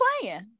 playing